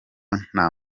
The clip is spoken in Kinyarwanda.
nta